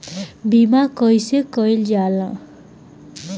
बीमा कइसे कइल जाला?